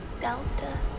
Delta